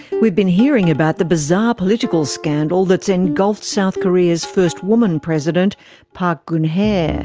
we've been hearing about the bizarre political scandal that's engulfed south korea's first woman president park geun-hye. yeah